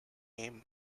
aim